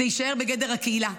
זה יישאר בגדר הקהילה.